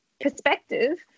perspective